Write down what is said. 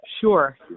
Sure